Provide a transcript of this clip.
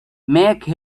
make